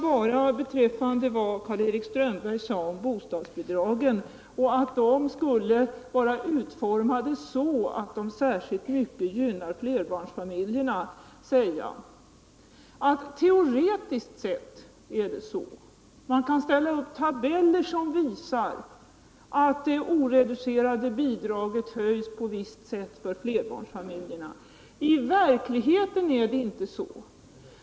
Karl-Erik Strömberg sade att bostadsbidragen skulle vara utformade så att de särskilt gynnar flerbarnsfamiljerna. Om detta vill jag säga att teoretiskt sett är det så. Man kan ställa upp tabeller som visar att det oreducerade bidraget höjs på ett visst sätt för flerbarnsfamiljerna. I verkligheten är det inte så.